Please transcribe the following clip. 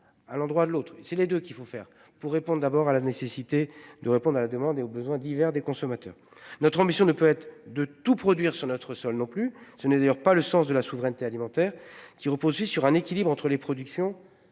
À l'endroit de l'autre. Si les deux qu'il faut faire pour répondent d'abord à la nécessité de répondre à la demande et aux besoins divers des consommateurs. Notre mission ne peut être de tout produire sur notre sol non plus ce n'est d'ailleurs pas le sens de la souveraineté alimentaire qui reposait sur un équilibre entre les productions,